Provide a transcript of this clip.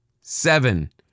Seven